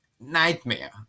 nightmare